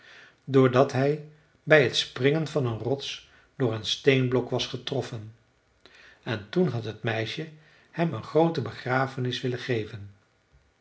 dat hij bij t springen van een rots door een steenblok was getroffen en toen had het meisje hem een groote begrafenis willen geven